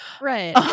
Right